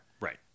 Right